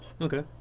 Okay